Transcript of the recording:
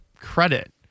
credit